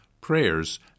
prayers